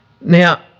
Now